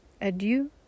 Adieu